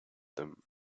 them